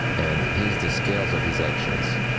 and he is the scales of his actions.